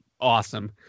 awesome